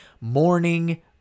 morning